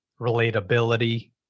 relatability